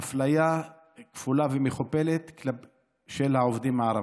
אפליה כפולה ומכופלת של העובדים הערבים.